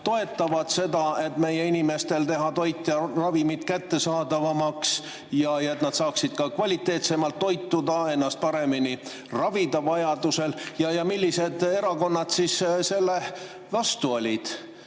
toetavad seda, et meie inimestele teha toit ja ravimid kättesaadavamaks, et nad saaksid ka kvaliteetsemalt toituda, ennast vajaduse korral paremini ravida, ja millised erakonnad selle vastu olid.